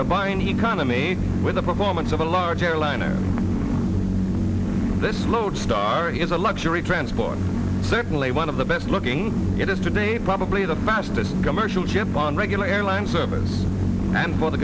combine economy with the performance of a large airliner this lodestar is a luxury transport certainly one of the best looking it is today probably the fastest commercial ship on a regular airline service and for the